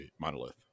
monolith